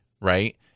right